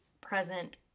present